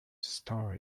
star